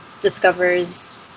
discovers